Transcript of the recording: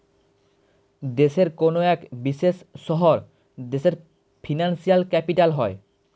দেশের কোনো এক বিশেষ শহর দেশের ফিনান্সিয়াল ক্যাপিটাল হয়